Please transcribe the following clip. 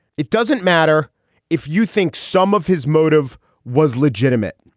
it doesn't matter if you think some of his motive was legitimate.